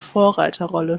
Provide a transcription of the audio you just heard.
vorreiterrolle